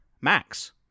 Max